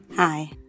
Hi